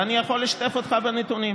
ואני יכול לשתף אותך בנתונים.